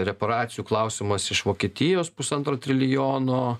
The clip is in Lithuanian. reparacijų klausimas iš vokietijos pusantro trilijono